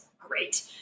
great